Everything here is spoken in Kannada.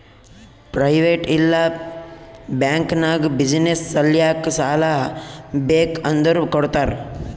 ಪ್ರೈವೇಟ್ ಇಲ್ಲಾ ಬ್ಯಾಂಕ್ ನಾಗ್ ಬಿಸಿನ್ನೆಸ್ ಸಲ್ಯಾಕ್ ಸಾಲಾ ಬೇಕ್ ಅಂದುರ್ ಕೊಡ್ತಾರ್